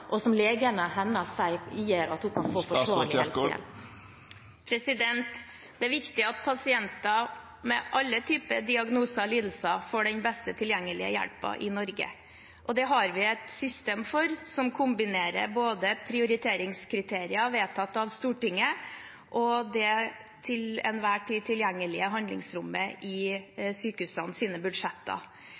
og som legene hennes sier gjør at hun kan få forsvarlig helsehjelp? Det er viktig at pasienter med alle typer diagnoser og lidelser får den beste tilgjengelige hjelpen i Norge. Det har vi et system for, som kombinerer både prioriteringskriterier vedtatt av Stortinget og det til enhver tid tilgjengelige handlingsrommet i sykehusenes budsjetter.